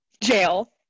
Jail